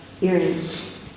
earrings